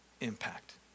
impact